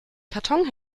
karton